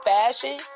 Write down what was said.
fashion